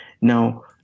now